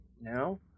now